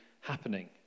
happening